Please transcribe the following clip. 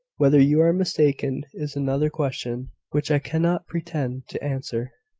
whether you are mistaken is another question, which i cannot pretend to answer.